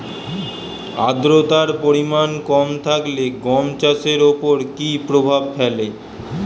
আদ্রতার পরিমাণ কম থাকলে গম চাষের ওপর কী প্রভাব ফেলে?